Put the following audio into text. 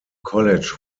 college